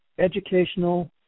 educational